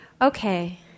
Okay